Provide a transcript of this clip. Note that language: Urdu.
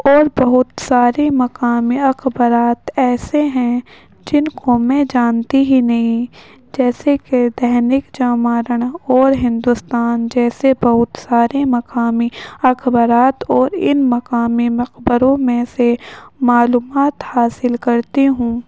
اور بہت ساری مقامی اخبارات ایسے ہیں جن کو میں جانتی ہی نہیں جیسے کہ دینک جاگرن اور ہندوستان جیسے بہت سارے مقامی اخبارات اور ان مقامی مقبروں میں سے معلومات حاصل کرتی ہوں